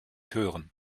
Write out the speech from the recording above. hören